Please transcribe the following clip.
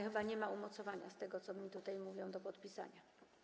chyba nie ma umocowania - z tego, co mi mówią - do podpisania.